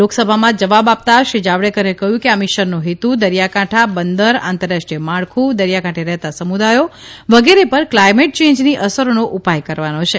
લોકસભામાં જવાબ આપતાં શ્રી જાવડેકરે કર્યું કે આ મિશનનો હેતુ દરિયાકાંઠા બંદર આતંરરાષ્ટ્રીય માળખું દરિયાકાંઠે રહેતા સમુદાયો વગેરે પર ક્લાઇમેટ ચેન્જની અસરનો ઉપાય કરવાનો છે